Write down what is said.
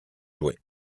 joués